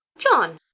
john,